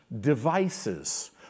devices